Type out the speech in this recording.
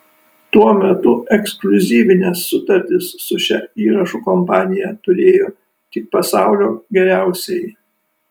tuo metu ekskliuzyvines sutartis su šia įrašų kompanija turėjo tik pasaulio geriausieji